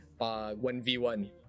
1v1